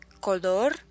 color